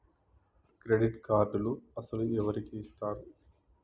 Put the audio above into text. Credit కార్డులు అసలు ఎవరికి ఇస్తారు?